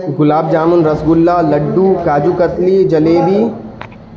گلاب jamun rasgulla laddu kaju katli jalebi